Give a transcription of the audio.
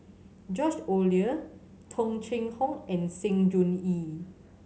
George Oehler Tung Chye Hong and Sng Choon Yee